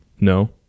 No